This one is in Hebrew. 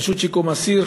מהרשות לשיקום האסיר,